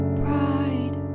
pride